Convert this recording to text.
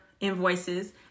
invoices